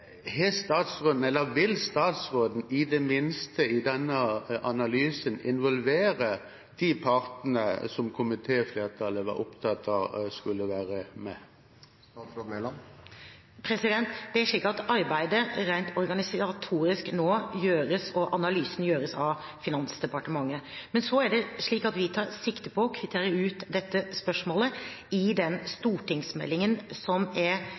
Vil statsråden i det minste i denne analysen involvere de partene som komitéflertallet var opptatt av skulle være med? Det er slik at analysen og arbeidet rent organisatorisk nå gjøres av Finansdepartementet. Vi tar sikte på å kvittere ut dette spørsmålet i den stortingsmeldingen som er